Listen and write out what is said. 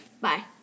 Bye